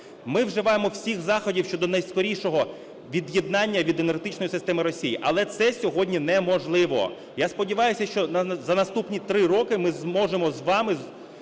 Ми вживаємо всіх заходів щодо найскорішого від'єднання від енергетичної системи Росії, але це сьогодні неможливо. Я сподіваюся, що за наступні 3 роки ми зможемо з вами